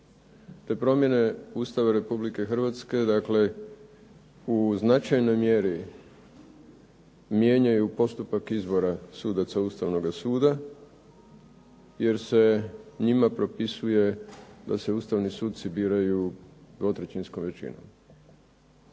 Te promjene Ustava Republike Hrvatske dakle u značajnoj mjeri mijenjaju postupak izbora sudaca Ustavnog suda, jer se njima propisuje da se ustavni suci biraju dvotrećinskom većinom.